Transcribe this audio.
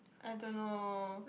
I don't know